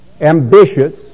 ambitious